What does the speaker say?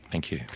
thank you.